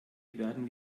werden